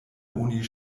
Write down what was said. oni